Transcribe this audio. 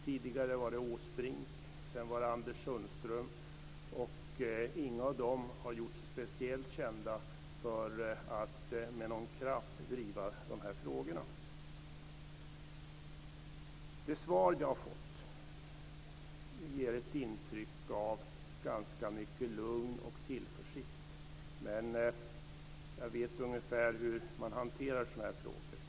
Tidigare var det Erik Åsbrink och sedan blev det Anders Sundström, men ingen av dem har gjort sig speciellt känd för att med kraft driva dessa frågor. Det svar som jag har fått ger ett intryck av ganska mycket lugn och tillförsikt. Men jag vet ungefär hur man hanterar sådana här frågor.